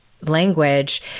language